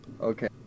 Okay